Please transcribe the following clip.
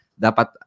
dapat